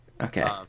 Okay